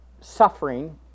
suffering